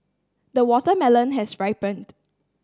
the watermelon has ripened